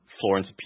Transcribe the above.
Florence